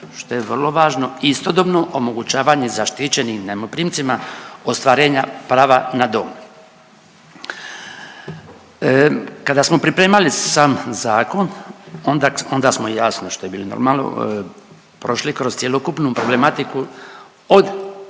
što je vrlo važno, istodobno omogućavanje zaštićenim najmoprimcima ostvarenja prava na dom. Kada smo pripremali sam zakon onda, onda smo jasno, što je bilo normalno, prošli kroz cjelokupnu problematiku od